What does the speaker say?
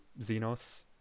Xenos